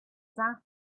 that